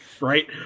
Right